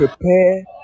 prepare